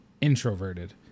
introverted